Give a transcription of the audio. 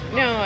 no